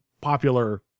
popular